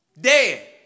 Dead